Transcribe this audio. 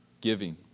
Giving